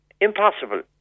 Impossible